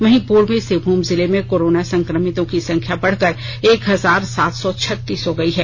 वहीं पूर्वी सिंहभूम जिले में कोरोना संक्रमितों की संख्या बढ़कर एक हजार सात सौ छत्तीस हो गई है